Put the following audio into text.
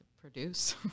produce